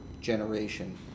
generation